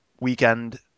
weekend